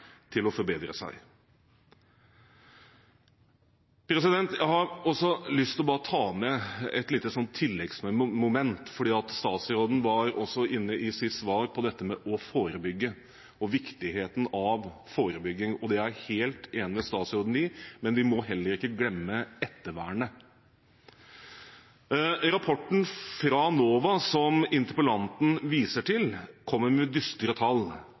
til å forbedre seg. Jeg har også lyst til bare å ta med et lite tilleggsmoment. Statsråden var i sitt svar også inne på viktigheten av forebygging, og det er jeg helt enig med statsråden i, men vi må heller ikke glemme ettervernet. Rapporten fra NOVA som interpellanten viser til, kom med dystre tall